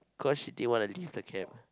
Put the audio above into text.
cause she didn't wanna leave the camp